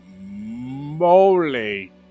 moly